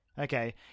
okay